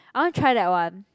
I wanna try that one